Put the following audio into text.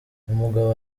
umugabo